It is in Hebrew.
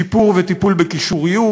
שיפור וטיפול בקישוריות,